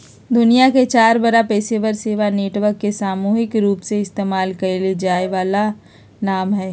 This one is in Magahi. दुनिया के चार बड़ा पेशेवर सेवा नेटवर्क के सामूहिक रूपसे इस्तेमाल कइल जा वाला नाम हइ